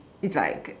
it's like